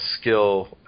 skill